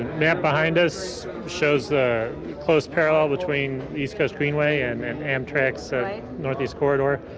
map behind us shows the close parallel between the east coast greenway and and amtrak's northeast corridor.